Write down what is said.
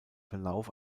verlauf